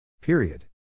Period